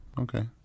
Okay